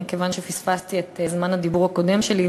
כיוון שפספסתי את זמן הדיבור הקודם שלי,